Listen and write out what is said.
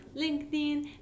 LinkedIn